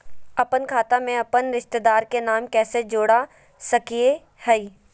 अपन खाता में अपन रिश्तेदार के नाम कैसे जोड़ा सकिए हई?